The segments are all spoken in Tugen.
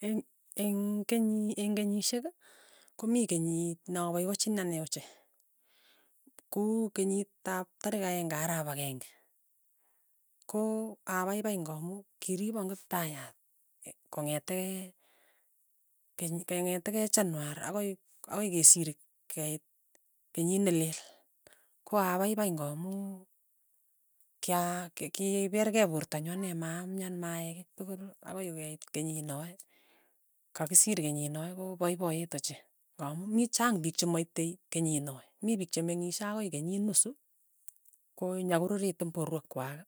Eng' eng' keny eg' kenyishek ko mii kenyit na paipachini ane ochei, ku kenyitap tarik aeng'e arap akeng'e, ko apaipai ng'amu kiripon kiptaiyat kong'etee keny keng'etekee chanuar ako akoi ke siir keit kenyit nelelel, ko apaipai ng'amuu kya keki kikeper porto nyu ane maamyan maaikei tukul, akoi keit kenyinoe, kakisir kenyinoe ko paipayet ochei, amu mi chang piik chemaite kenyinoe, mi piik chemeng'ishe akoi kenyit nusu, ko nyakururitu porwek kwai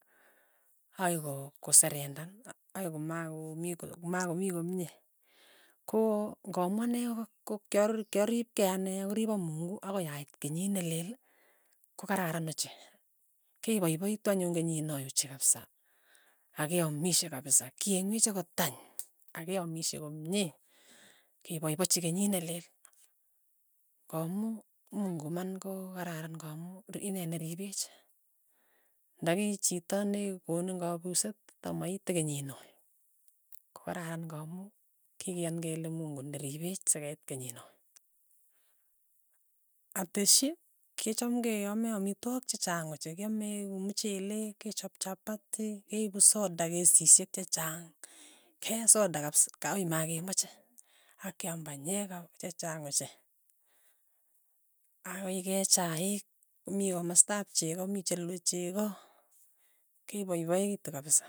akoi ko koserendan, akoi komakomi kul komakomii komye, ko ng'amu ane kokyar kyaripkei ane ako ripo mungu akoi ait kenyit nelel, ko kararan ochei, kepaipaitu anyun kenyinoe ochei kapsa, akeamishe kapsa. kieng'wech akot tany akeamishe komye, kepaipachi kenyit neleel, kamu mungu iman kokararan ng'amu ndi inye neripech, nda kichito ne konin kapuset tamaiite kenyinoe, kokararan kamu kikian kele mungu neripech sekeit kenyinoe, ateshi, kechom keame amitwokik che chang ochei, kiame ku muchelek, kechap chapati, keipu sota kesishek chechang, kee soda kapisa akoi makemache, akiyaam panyek kap chechang ochei, akoi kee chaik, ko kimastap cheko, ko mii chelue cheko, kepaipaitu kapisa.